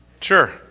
Sure